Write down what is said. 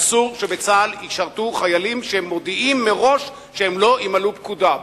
אסור שבצה"ל ישרתו חיילים שמודיעים מראש שהם לא ימלאו פקודה.